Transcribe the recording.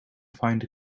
find